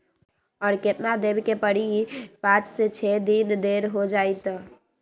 और केतना देब के परी पाँच से छे दिन देर हो जाई त?